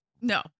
No